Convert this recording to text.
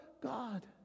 God